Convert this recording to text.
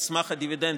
על סמך הדיבידנדים.